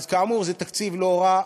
אז כאמור, זה תקציב לא רע.